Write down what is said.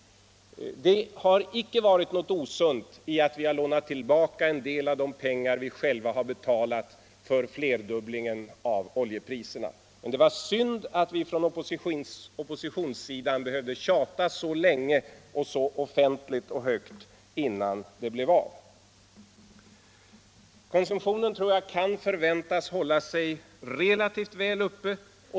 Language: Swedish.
Det har inte varit något osunt i att vi har lånat tillbaka en del av de pengar som vi själva har betalat för flerdubblingen av oljepriserna. Det var synd att vi från oppositionen behövde tjata så länge, så offentligt och så högt, innan det blev av. Konsumtionen kan förväntas hålla sig relativt väl uppe.